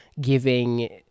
giving